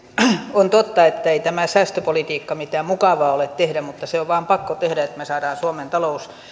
on totta ettei tämä säästöpolitiikka mitään mukavaa ole tehdä mutta se on vain pakko tehdä että me saamme suomen talouden